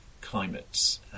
climates